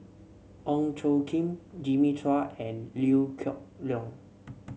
Ong Tjoe Kim Jimmy Chua and Liew Geok Leong